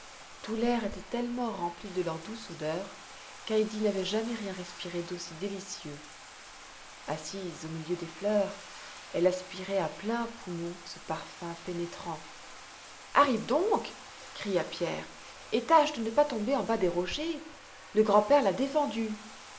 tout l'air était tellement rempli de leur douce odeur qu'heidi n'avait jamais rien respiré d'aussi délicieux assise au milieu des fleurs elle aspirait à pleins poumons ce parfum pénétrant arrive donc cria pierre et tâche de ne pas tomber en bas des rochers le grand-père l'a défendu